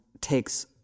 takes